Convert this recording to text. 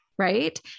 right